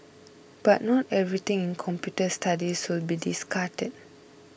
but not everything in computer studies will be discarded